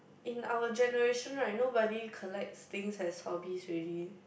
in our generation right nobody collects things as hobbies ready eh